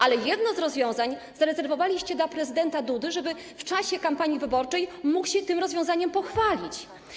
Ale jedno z rozwiązań zarezerwowaliście dla prezydenta Dudy, żeby w czasie kampanii wyborczej mógł się tym rozwiązaniem pochwalić.